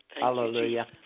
Hallelujah